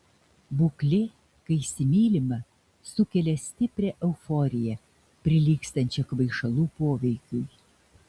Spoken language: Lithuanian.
būklė kai įsimylima sukelia stiprią euforiją prilygstančią kvaišalų poveikiui